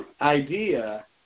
idea